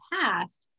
past